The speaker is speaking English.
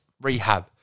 rehab